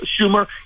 Schumer